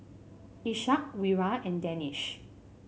Ishak Wira and Danish